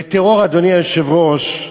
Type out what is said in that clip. בטרור, אדוני היושב-ראש,